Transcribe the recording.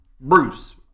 Bruce